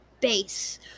base